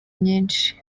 nyinshi